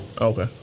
Okay